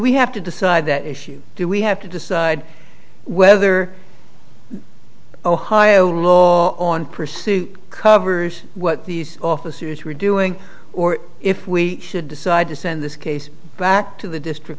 we have to decide that issue do we have to decide whether ohio law on pursuit covers what these officers were doing or if we should decide to send this case back to the district